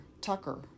Tucker